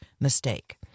mistake